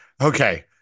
okay